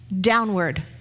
downward